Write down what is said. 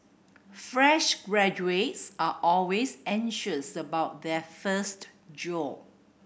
fresh graduates are always anxious about their first job